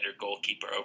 goalkeeper